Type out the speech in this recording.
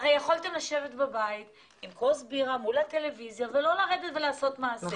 הרי יכולתם לשבת בבית עם כוס בירה מול הטלוויזיה ולא לעשות מעשה.